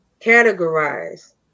categorize